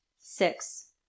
six